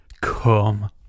come